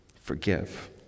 forgive